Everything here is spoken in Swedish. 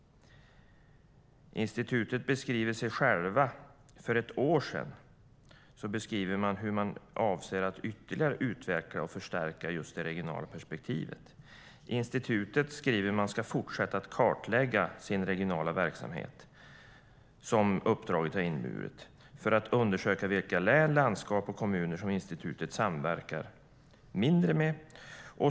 För ett år sedan beskrev institutet självt hur man avser att ytterligare utveckla och förstärka just det regionala perspektivet. Institutet skriver att man enligt uppdraget ska fortsätta kartlägga sin regionala verksamhet för att undersöka vilka län, landskap och kommuner som institutet samverkar mindre med.